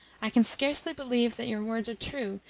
i can scarcely believe that your words are true,